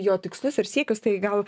jo tikslus ir siekius tai gal